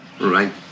Right